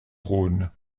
rhône